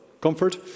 comfort